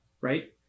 right